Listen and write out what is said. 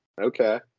Okay